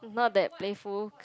not that playful